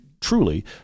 truly